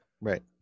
Right